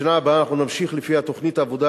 בשנה הבאה נמשיך לפי תוכנית העבודה